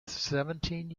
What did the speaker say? seventeen